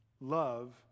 Love